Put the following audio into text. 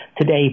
today